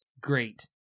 great